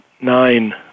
nine